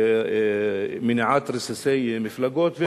מניעת רסיסי מפלגות.